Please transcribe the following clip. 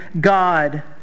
God